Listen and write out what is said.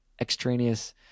extraneous